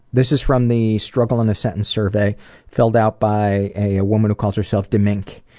this is from the struggle in a sentence survey filled out by a a woman who calls herself demink.